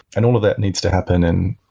and all of that needs to happen in,